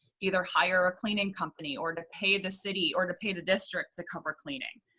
either hire a cleaning company or to pay the city or to pay the district the cover cleaning.